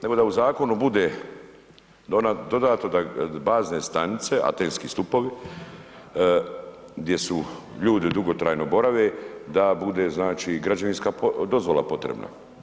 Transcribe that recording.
Nego da u zakonu bude dodato da bazne stanice, antenski stupovi, gdje su ljudi dugotrajno borave, da bude znači građevinska dozvola potrebna.